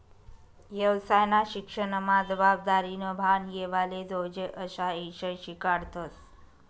येवसायना शिक्सनमा जबाबदारीनं भान येवाले जोयजे अशा ईषय शिकाडतस